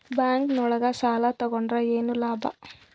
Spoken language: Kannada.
ಬ್ಯಾಂಕ್ ನೊಳಗ ಸಾಲ ತಗೊಂಡ್ರ ಏನು ಲಾಭ?